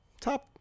top